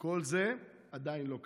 אך כל זה עדיין לא קרה.